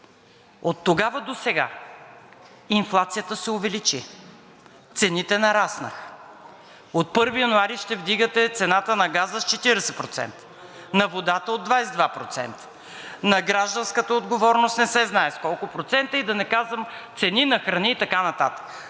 от тогава до сега инфлацията се увеличи, цените нараснаха, от 1 януари ще вдигате цената на газа с 40%, на водата с 22%, на гражданската отговорност не се знае с колко процента и да не казвам цени на храни и така нататък.